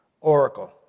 oracle